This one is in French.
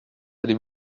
allez